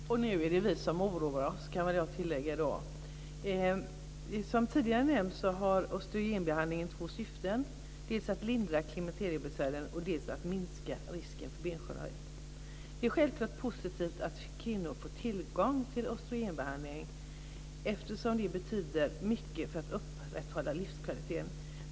Fru talman! Och nu är det vi som oroar oss, kan väl jag då tillägga. Som tidigare nämnts har östrogenbehandlingen två syften, dels att lindra klimakteriebesvären, dels att minska risken för benskörhet. Det är självklart positivt att kvinnor får tillgång till östrogenbehandling, eftersom det betyder mycket för att upprätthålla livskvaliteten.